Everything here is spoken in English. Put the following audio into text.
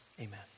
Amen